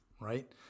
right